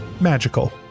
Magical